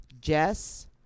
Jess